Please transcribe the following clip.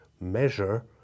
measure